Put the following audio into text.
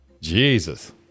Jesus